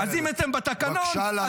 אז אם אתם בתקנון -- בבקשה לרדת.